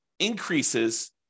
increases